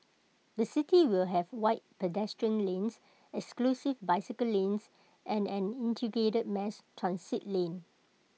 the city will have wide pedestrian lanes exclusive bicycle lanes and an integrated mass transit lane